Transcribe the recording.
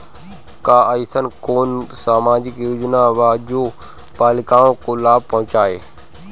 का अइसन कोनो सामाजिक योजना बा जोन बालिकाओं को लाभ पहुँचाए?